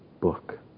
book